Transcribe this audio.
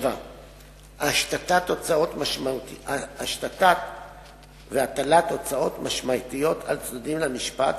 7. השתת והטלת הוצאות משמעותיות על צדדים למשפט